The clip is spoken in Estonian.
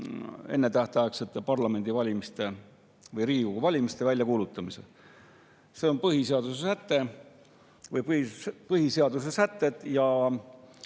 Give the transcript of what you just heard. ennetähtaegsete parlamendivalimiste, Riigikogu valimiste väljakuulutamise. Need on põhiseaduse sätted ja